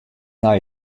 nei